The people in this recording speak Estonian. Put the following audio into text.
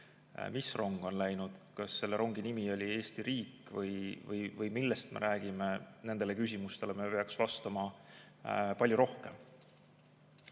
Mis rong on läinud? Kas selle rongi nimi oli Eesti riik või millest me räägime? Nendele küsimustele me peaks vastama palju rohkem. Kui